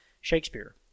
Shakespeare